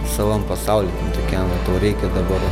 savam pasauly tokiam tau reikia dabar